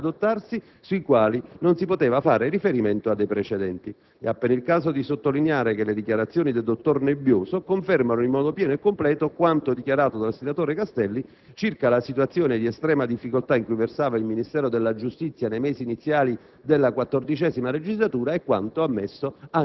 quindi tutta una serie di provvedimenti anche nuovi da adottarsi, sui quali non si poteva fare riferimento a dei precedenti». È appena il caso di sottolineare che le dichiarazioni del dottor Nebbioso confermano in modo pieno e completo quanto affermato dal senatore Castelli, circa la situazione di estrema difficoltà in cui versava il Ministero della giustizia nei mesi iniziali